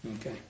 Okay